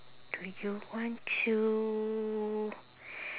do you want to